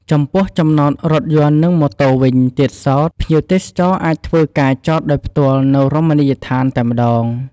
ចំពោះចំណតរថយន្តនិងម៉ូតវិញទៀតសោត ភ្ញៀវទេសចរអាចធ្វើការចតដោយផ្ទាល់នៅរមណីយដ្ឋានតែម្តង ។